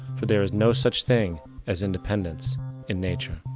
for there is no such thing as independence in nature.